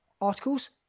articles